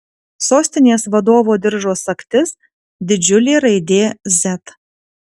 sostinės vadovo diržo sagtis didžiulė raidė z